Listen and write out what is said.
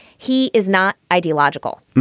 he is not ideological.